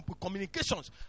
communications